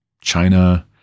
China